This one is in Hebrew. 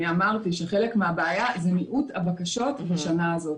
אמרתי שחלק מהבעיה הוא במיעוט הבקשות בשנה הזו.